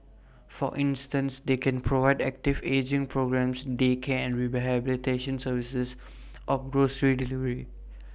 for instance they can provide active ageing programmes daycare and rehabilitation services or grocery delivery